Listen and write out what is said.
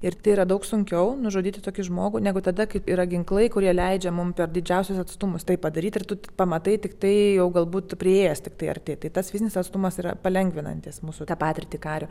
ir tai yra daug sunkiau nužudyti tokį žmogų negu tada kai yra ginklai kurie leidžia mum per didžiausius atstumus tai padaryt ir tu pamatai tiktai jau galbūt priėjęs tiktai arti tai tas fizinis atstumas yra palengvinantis mūsų tą patirtį kario